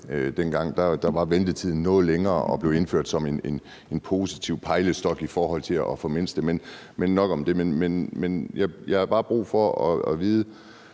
Dengang var ventetiden noget længere. Det blev indført som en positiv pejlestok i forhold til at få den mindsket. Men nok om det. Jeg har bare brug for at vide,